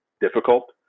difficult